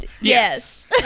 Yes